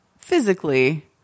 physically